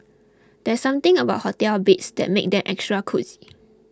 there's something about hotel beds that makes them extra cosy